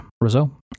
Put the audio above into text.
Rizzo